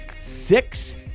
Six